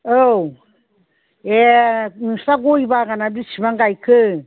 औ एह नोंसोरहा गय बागाना बेसेबां गायखो